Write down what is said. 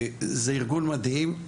זה ארגון מדהים.